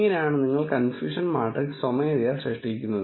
ഇങ്ങനെയാണ് നിങ്ങൾ confusion matrix സ്വമേധയാ സൃഷ്ടിക്കുന്നത്